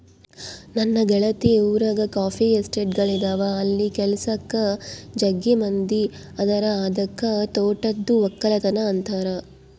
ನನ್ನ ಗೆಳತಿ ಊರಗ ಕಾಫಿ ಎಸ್ಟೇಟ್ಗಳಿದವ ಅಲ್ಲಿ ಕೆಲಸಕ್ಕ ಜಗ್ಗಿ ಮಂದಿ ಅದರ ಅದಕ್ಕ ತೋಟದ್ದು ವಕ್ಕಲತನ ಅಂತಾರ